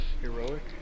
Heroic